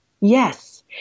Yes